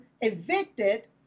evicted